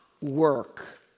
work